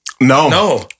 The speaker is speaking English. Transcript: No